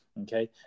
Okay